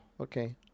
Okay